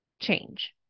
change